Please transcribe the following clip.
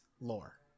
lore